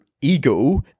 ego